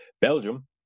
Belgium